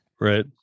Right